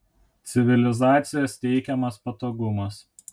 civilizacijos teikiamas patogumas